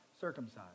circumcised